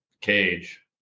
cage